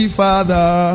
father